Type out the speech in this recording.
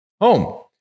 home